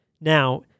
Now